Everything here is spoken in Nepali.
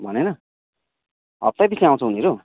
भने न हप्तै पछि आउँछ उनीहरू